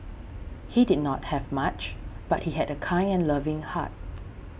he did not have much but he had a kind and loving heart